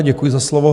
Děkuji za slovo.